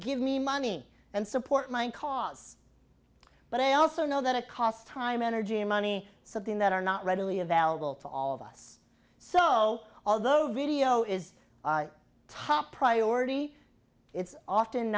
give me money and support my cause but i also know that a cost time energy and money something that are not readily available to all of us so although video is a top priority it's often